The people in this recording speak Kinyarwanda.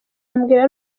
ambwira